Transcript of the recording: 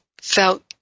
felt